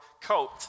coat